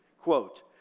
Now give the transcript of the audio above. Quote